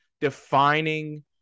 defining